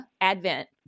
advent